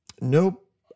nope